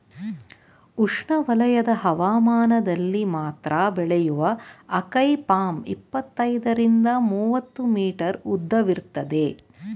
ಉಷ್ಣವಲಯದ ಹವಾಮಾನದಲ್ಲಿ ಮಾತ್ರ ಬೆಳೆಯುವ ಅಕೈ ಪಾಮ್ ಇಪ್ಪತ್ತೈದರಿಂದ ಮೂವತ್ತು ಮೀಟರ್ ಉದ್ದವಿರ್ತದೆ